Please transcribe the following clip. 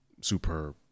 superb